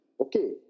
okay